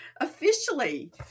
officially